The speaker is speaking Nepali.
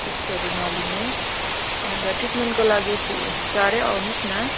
त्यस्तोहरू नलिनुहोस् अन्त ट्रिटमेन्टको लागि चाहिँ चाँडै आउनुहोस् न